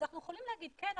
אז אנחנו יכולים להגיד: כן,